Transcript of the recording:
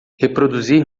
reproduzir